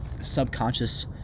subconscious –